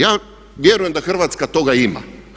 Ja vjerujem da Hrvatska toga ima.